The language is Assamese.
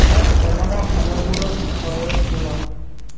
মোক এলাৰ্মৰ সময়বোৰৰ বিষয়ে কোৱা